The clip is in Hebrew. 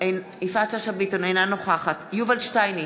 אינה נוכחת יובל שטייניץ,